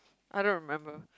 I don't remember